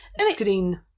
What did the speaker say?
screen